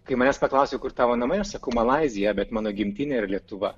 kai manęs paklausia kur tavo namai aš sakau malaiziją bet mano gimtinė yra lietuva